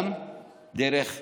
גם דרך הכנסת.